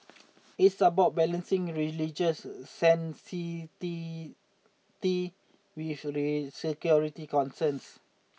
it's about balancing religious sanctity with security concerns